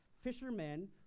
fishermen